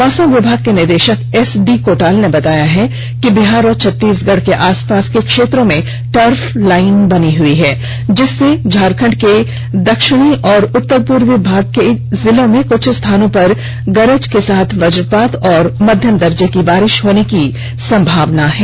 मौसम विभाग के निदेषक एसडी कोटाल ने बताया कि बिहार और छत्तीसगढ़ के आसपास के क्षेत्रों में टर्फ लाइन बनी हई है जिससे झारखंड के दक्षिणी और उत्तर पूर्वी भाग के जिलों में कुछ स्थानों पर गरज के साथ वज्रपात और मध्यम दर्जे की बारिष होने की संभावना है